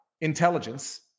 intelligence